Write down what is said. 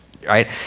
right